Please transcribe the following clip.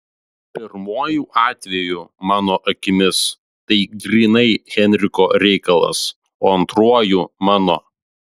pirmuoju atveju mano akimis tai grynai henriko reikalas o antruoju mano